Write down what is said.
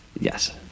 yes